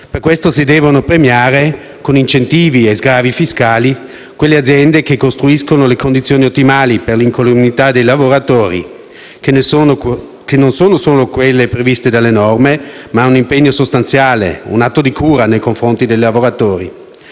Per questo si devono premiare con incentivi e sgravi fiscali quelle aziende che costruiscono le condizioni ottimali per l'incolumità dei lavoratori, che non sono solo quelle previste dalle norme ma costituiscono un impegno sostanziale, un atto di cura nei confronti dei lavoratori.